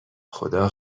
خدا